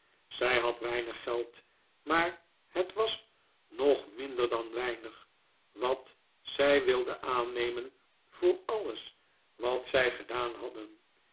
zij had weinig geld maar het was nog minder dan weinig wat zij wilden aannemen voor alles wat zij gedaan hadden